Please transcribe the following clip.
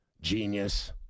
genius